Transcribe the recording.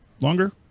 Longer